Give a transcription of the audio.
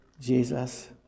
Jesus